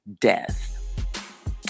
death